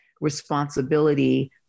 responsibility